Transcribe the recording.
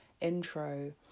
intro